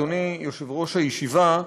אדוני יושב-ראש הישיבה,